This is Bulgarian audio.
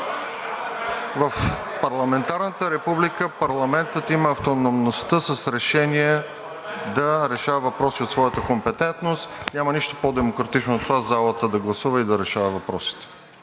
В парламентарната република парламентът има автономността с решение да решава въпроси от своята компетентност. Няма нищо по-демократично от това залата да гласува и решава въпросите.